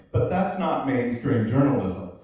but that's not mainstream journalism.